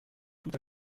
tout